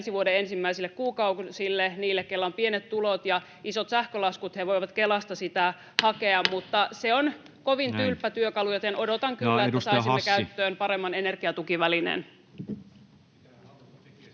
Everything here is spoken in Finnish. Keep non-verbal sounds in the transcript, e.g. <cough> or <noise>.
ensi vuoden ensimmäisille kuukausille niille, keillä on pienet tulot ja isot sähkölaskut, he voivat Kelasta sitä hakea. <noise> Mutta se on kovin tylppä työkalu, joten odotan kyllä, että saisimme käyttöön paremman energiatukivälineen.